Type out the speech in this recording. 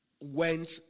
went